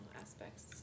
aspects